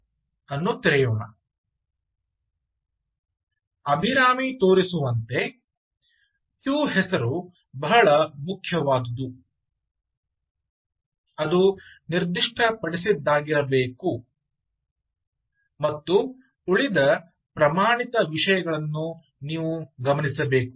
py ಅನ್ನು ತೆರೆಯೋಣ ಅಭಿರಾಮಿ ತೋರಿಸುವಂತೆ ಕ್ಯೂ ಹೆಸರು ಬಹಳ ಮುಖ್ಯವಾದುದು ಅದು ನಿರ್ದಿಷ್ಟಪಡಿಸಿದದ್ದಾಗಿರಬೇಕು ಮತ್ತು ಉಳಿದ ಪ್ರಮಾಣಿತ ವಿಷಯಗಳನ್ನು ನೀವು ಗಮನಿಸಬೇಕು